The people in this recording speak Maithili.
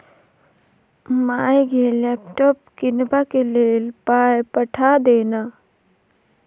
माय गे लैपटॉप कीनबाक लेल पाय पठा दे न